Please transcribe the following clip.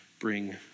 bring